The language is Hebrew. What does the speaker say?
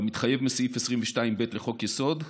כמתחייב מסעיף 22(ב) לחוק-יסוד: